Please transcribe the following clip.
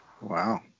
Wow